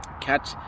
Catch